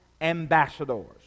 ambassadors